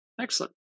excellent